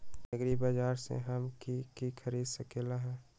एग्रीबाजार से हम की की खरीद सकलियै ह?